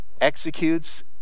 executes